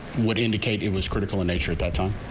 what indicate it was critical and nature that time.